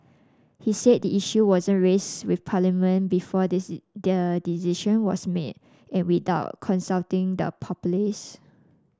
he said the issue wasn't raised with Parliament before the decision was made and without consulting the populace